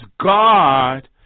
God